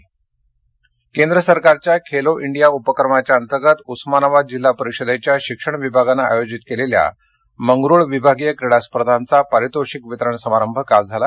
पारितोषिक उस्मानाबाद केंद्र सरकारच्या खेलो इंडिया उपक्रमांतर्गत उस्मानाबाद जिल्हा परिषदेच्या शिक्षण विभागानं आयोजित केलेला मंगरुळ विभागीय क्रीडा स्पर्धांचा पारितोषिक वितरण समारंभ काल झाला